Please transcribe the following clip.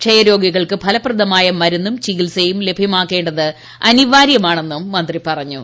ക്ഷയരോഗികൾക്ക് ഫലപ്രദമായ മരുന്നും ചികിത്സയും ലഭ്യമാക്കേ ത് അനിവാര്യമാണ് എന്നും മന്ത്രി പറഞ്ഞു